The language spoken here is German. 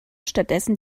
stattdessen